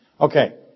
Okay